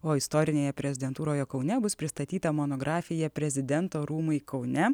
o istorinėje prezidentūroje kaune bus pristatyta monografija prezidento rūmai kaune